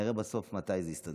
נראה בסוף מתי זה יסתדר.